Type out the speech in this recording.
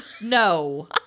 no